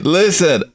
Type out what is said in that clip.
listen